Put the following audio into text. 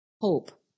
hope